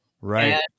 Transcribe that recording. Right